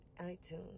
iTunes